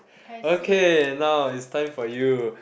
okay now it's time for you